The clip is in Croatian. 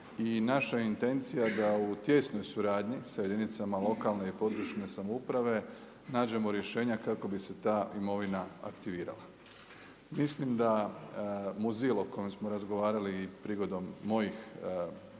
I naša je intencija da u tijesnoj suradnji sa jedinicama lokalne i područne samouprave nađemo rješenja kako bi se ta imovina aktivirala. Mislim da Muzil o kojem smo razgovarali i prigodom mojih